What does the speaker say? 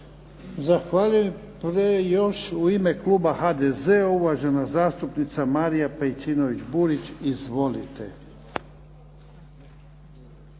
Zahvaljujem. Još u ime kluba HDZ-a, uvažena zastupnica Marija Pejčinović Burić. Izvolite.